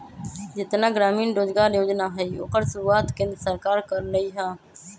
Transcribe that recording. जेतना ग्रामीण रोजगार योजना हई ओकर शुरुआत केंद्र सरकार कर लई ह